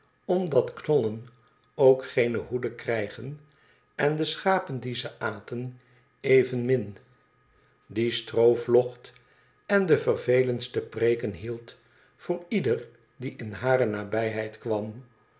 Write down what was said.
omdat knollen ookgeene hoeden krijgen ende schapen die ze aten evenmin die stroo vlocht en de vervelendste preeken hield voor ieder die in hare nabijheid kwam